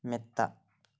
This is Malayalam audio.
മെത്ത